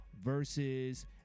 versus